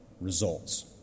results